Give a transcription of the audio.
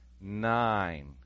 Nine